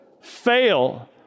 fail